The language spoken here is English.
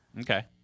Okay